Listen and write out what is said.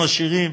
אנחנו עשירים,